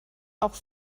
auch